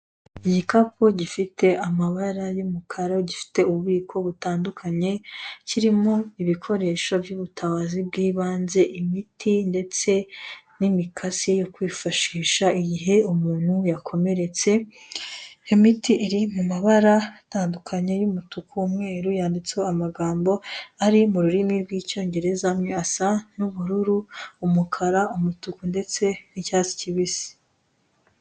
Igikapu gifite amabara y'umukara gifite ububiko bitandukanye, kirimo ibikoresho by'ubutabazi bw'ibanze imiti ndetse n'imikasi yo kwifashisha igihe umuntu yakomeretse, iyo miti iri mu mabara atandukanye y'umutuku, umweru yanditseho amagambo ari mu rurimi rw'icyongereza; amwe asa n'ubururu, umukara, umutuku ndetse n'icyatsi kibisi.